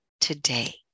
today